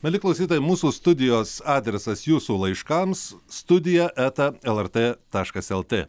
mieli klausytojai mūsų studijos adresas jūsų laiškams studija eta lrt taškas lt